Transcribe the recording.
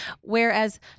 Whereas